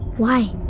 why?